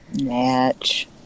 Match